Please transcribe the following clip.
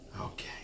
Okay